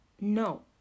No